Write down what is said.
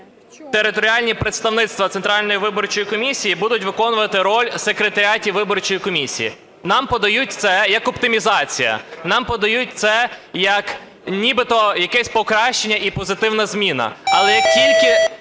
територіальні представництва Центральної виборчої комісії будуть виконувати роль секретаріатів виборчої комісії. Нам подають це як оптимізація. Нам подають це як нібито якесь покращення і позитивна зміна.